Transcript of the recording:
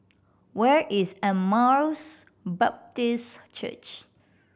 where is Emmaus Baptist Church